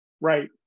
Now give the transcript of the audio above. Right